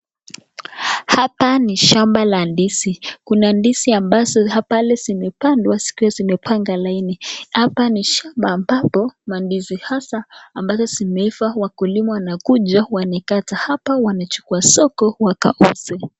Hapa ni shamba la ndizi. Kuna ndizi ambazo pale zimepandwa zikiwa zimepanga laini. Hapa ni shamba ambapo mandizi hasa ambazo zimeiva wakulima wanakuja wanakata hapa wanachukua soko wakauze.